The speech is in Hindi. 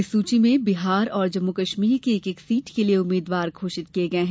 इस सूची में बिहार और जम्मू कश्मीर की एक एक सीट के लिए उम्मीदवार घोषित किए हैं